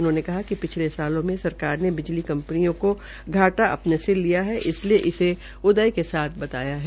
उन्होंने कहा कि पिछले सालों में सरकार ने बिजली कंपनियों को घाटा अपने सिर लिया है इसलिए इसे उदय के साथ बताया है